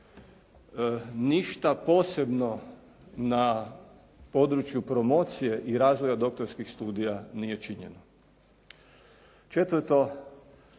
Ništa posebno na području promocije i razvoja doktorskih studija nije činjeno. Četvrto,